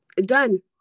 done